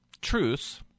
truths